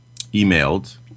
emailed